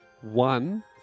one